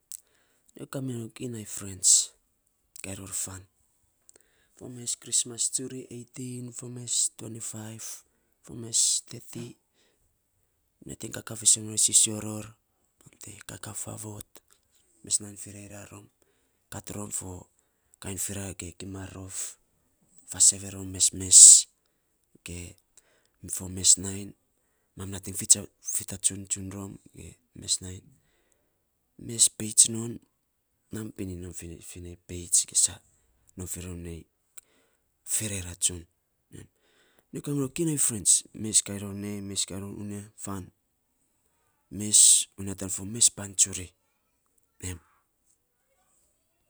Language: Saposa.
Nyo kaa mirou kinai frens kainy rou fan. Fo mes crismas tsuri eitin fo mes tuwenti faiv, fo mes teti. Nyo nating kakaa fiisen mi rori, sisio ror te kakaa faavot, mes nainy ferera rom. Kat rom fo kain ferea rom ge gima rog, fa sevee rom mesmes, ge fo mes nainy mam nating fifatsuts tsun rom. ge mes nainy mes peits non mam pinin nom finei peits ge saa ferera tsun. Nya kamiror kinai frens, mes kain ror nei mes kainy ror unya fan mes unya fan tan fo mes fan tsuri, em.